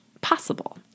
possible